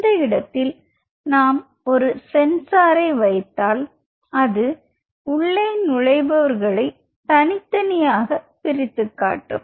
இந்த இடத்தில் நாம் ஒரு சென்சார் வைத்தால் அது உள்ளே நுழைபவர் களை தனித்தனியாக பிரித்துக் காட்டும்